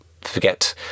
forget